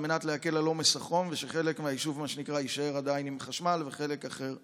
על מנת להקל על עומס החום שחלק מהיישוב עדיין עם חשמל וחלק אחר נסע.